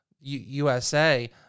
USA